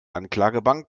anklagebank